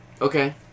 Okay